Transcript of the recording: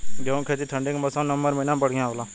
गेहूँ के खेती ठंण्डी के मौसम नवम्बर महीना में बढ़ियां होला?